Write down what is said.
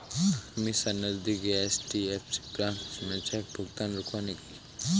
अमीषा नजदीकी HDFC branch में cheque भुगतान रुकवाने गई